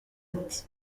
ati